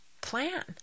plan